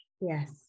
Yes